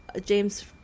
James